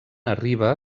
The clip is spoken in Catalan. arriba